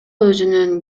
өзүнүн